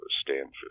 Stanford